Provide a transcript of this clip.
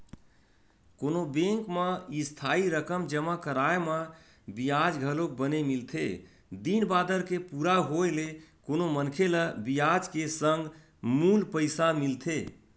कोनो बेंक म इस्थाई रकम जमा कराय म बियाज घलोक बने मिलथे दिन बादर के पूरा होय ले कोनो मनखे ल बियाज के संग मूल पइसा मिलथे